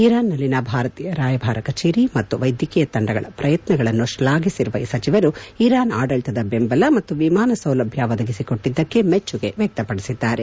ಇರಾನ್ನಲ್ಲಿನ ಭಾರತೀಯ ರಾಯಭಾರಿ ಕಚೇರಿ ಮತ್ತು ವೈದ್ಯಕೀಯ ತಂಡಗಳ ಪ್ರಯತ್ನಗಳ ಶ್ಲಾಘಿಸಿರುವ ಸಚಿವರು ಇರಾನ್ ಆಡಳಿತದ ಬೆಂಬಲ ಮತ್ತು ವಿಮಾನ ಸೌಲಭ್ಯ ಒದಗಿಸಿ ಕೊಟ್ಲದ್ಲಕ್ಕೆ ಮೆಚ್ಚುಗೆ ವ್ಲಕ್ತಪಡಿಸಿದ್ದಾರೆ